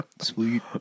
Sweet